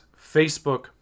Facebook